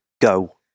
Go